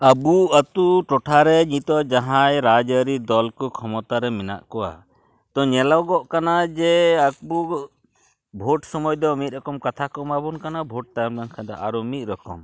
ᱟᱵᱚ ᱟᱹᱛᱩ ᱴᱚᱴᱷᱟᱨᱮ ᱱᱤᱛᱚᱜ ᱡᱟᱦᱟᱸᱭ ᱨᱟᱡᱽ ᱟᱨᱤ ᱫᱚᱞ ᱠᱚ ᱠᱷᱚᱢᱚᱛᱟᱨᱮ ᱢᱮᱱᱟᱜ ᱠᱚᱣᱟ ᱛᱚ ᱧᱮᱞᱚᱜᱚᱜ ᱠᱟᱱᱟ ᱡᱮ ᱟᱵᱚ ᱵᱷᱳᱴ ᱥᱚᱢᱚᱭ ᱫᱚ ᱢᱤᱫ ᱨᱚᱠᱚᱢ ᱠᱟᱛᱷᱟ ᱠᱚ ᱮᱢᱟᱣᱵᱚᱱ ᱠᱟᱱᱟ ᱵᱷᱳᱴ ᱛᱟᱭᱚᱢ ᱞᱮᱱᱠᱷᱟᱱ ᱫᱚ ᱟᱨᱚ ᱢᱤᱫ ᱨᱚᱠᱚᱢ